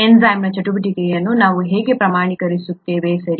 ಎನ್ಝೈಮ್ನ ಚಟುವಟಿಕೆಯನ್ನು ನಾವು ಹೇಗೆ ಪ್ರಮಾಣೀಕರಿಸುತ್ತೇವೆ ಸರಿ